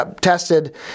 tested